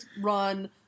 run